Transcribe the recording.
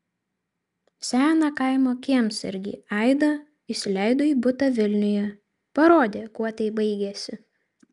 seną kaimo kiemsargį aida įsileido į butą vilniuje parodė kuo tai baigėsi